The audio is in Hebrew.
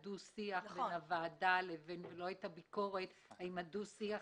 שהיה דו-שיח בין הוועדה לא הייתה ביקורת האם הדו-שיח